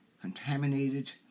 contaminated